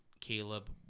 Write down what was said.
Caleb